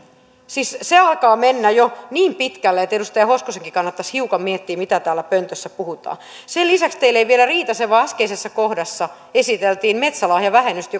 siis se alkaa mennä jo niin pitkälle että edustaja hoskosenkin kannattaisi hiukan miettiä mitä täällä pöntössä puhutaan sen lisäksi teille ei vielä riitä se vaan äskeisessä kohdassa esiteltiin metsälahjavähennystä